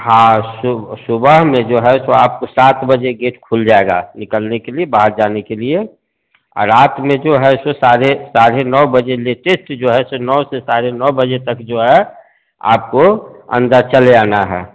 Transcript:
हाँ सुब सुबह में जो है सो आपको सात बजे गेट खुल जाएगा निकलने के लिए बाहर जाने के लिए और रात में जो है सो साढ़े साढ़े नौ बजे लेटेस्ट जो है सो नौ से साढ़े नौ बजे तक जो है आपको अंदर चले आना है